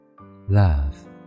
Love